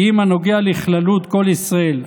כי אם הנוגע לכללות כל ישראל".